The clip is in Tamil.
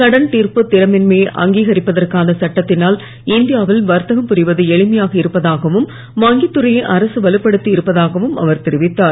கடன் திர்ப்புத் திறமின்மையை அங்கிகரிப்பதற்கான சட்டத்தினால் இந்தியாவில் வர்த்தகம் புரிவது எளிமையாகி இருப்பதாகவும் வங்கித் துறையை அரசு வலுப்படுத்தி இருப்பதாகவும் அவர் தெரிவித்தார்